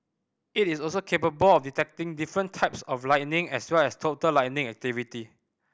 it is also capable of detecting different types of lightning as well as total lightning activity